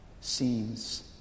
seems